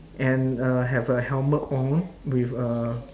and uh have a helmet on with a